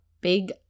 big